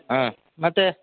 ಹಾಂ ಮತ್ತೆ